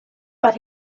but